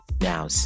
now